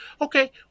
Okay